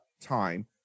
time